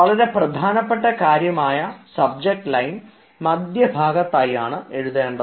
വളരെ പ്രധാനപ്പെട്ട കാര്യമായ സബ്ജക്ട് ലൈൻ മധ്യഭാഗത്തായാണ് എഴുതേണ്ടത്